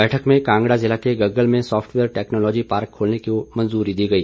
बैठक में कांगड़ा जिला के गम्गल में साफटवेयर टैक्नोलोजी पार्क खोलने को मंजूरी दी गई